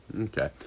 Okay